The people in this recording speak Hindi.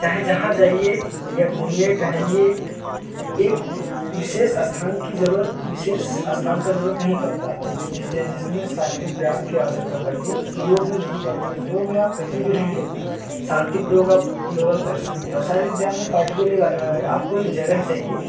चाहे जहाँ जाएं या घूमें टहलें एक विशेष स्थान की जरुरत विशेष स्थान का जरूरत नहीं पड़ती है जिसमें शारीरिक व्यायाम की आवश्यकता पड़ती है उस योग में नहीं पड़ता योग में आप कहीं भी रहें शांतिपूर्वक आप योग कर सकते हैं और शारीरिक व्यायाम में पार्टी को लगेगा आपको एक जगह चाहिए